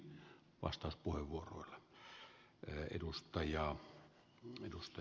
arvoisa puhemies